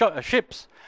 ships